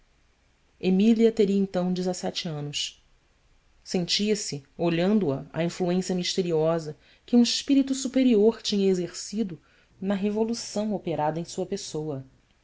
emília teria então dezessete anos sentia-se olhando a a influência misteriosa que um espírito superior tinha exercido na revolução operada em sua pessoa